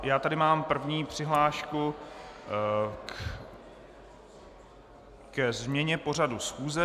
Já tady mám první přihlášku ke změně pořadu schůze.